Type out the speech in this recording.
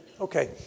Okay